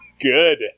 Good